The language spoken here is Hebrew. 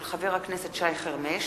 של חבר הכנסת שי חרמש,